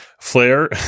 flair